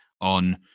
on